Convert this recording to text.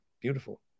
beautiful